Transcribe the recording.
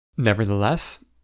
Nevertheless